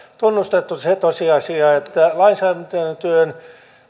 tunnustettu se tosiasia että lainsäädäntötyön